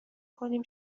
کنیم